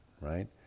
right